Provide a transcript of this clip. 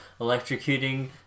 electrocuting